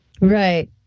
Right